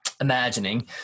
imagining